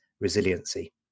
resiliency